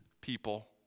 people